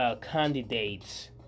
candidates